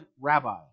rabbi